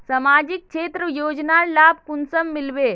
सामाजिक क्षेत्र योजनार लाभ कुंसम मिलबे?